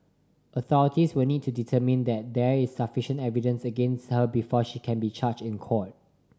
authorities will need to determine that there is sufficient evidence against her before she can be charged in court